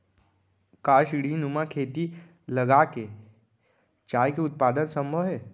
का सीढ़ीनुमा खेती लगा के चाय के उत्पादन सम्भव हे?